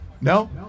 No